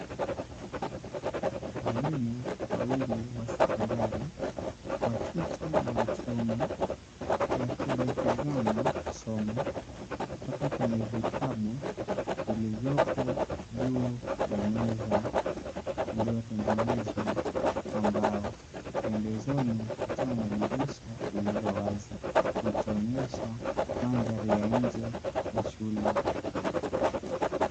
Walimu wawili wa sekondari wa kike na wa kiume, wakielekezana somo kutoka kwenye vitabu vilivyopo juu ya meza iliyotengenezwa kwa mbao, pembezoni kukiwa na dirisha lililowazi likionyesha madhari ya nje ya shule.